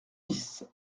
bis